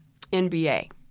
NBA